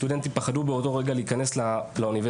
סטודנטים פחדו באותו רגע להיכנס לאוניברסיטה.